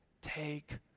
take